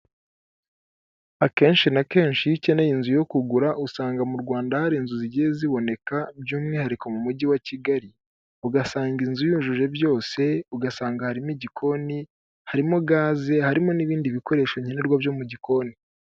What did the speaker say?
Akenshi na kenshi iyo ukeneye inzu yo kugura usanga mu Rwanda hari inzu zigiye ziboneka by'umwihariko mu Mujyi wa Kigali, ugasanga inzu yujuje byose, ugasanga harimo igikoni, harimo gaze, harimo n'ibindi bikoresho nkenerwa byo mu gikoni.